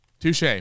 Touche